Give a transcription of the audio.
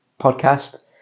podcast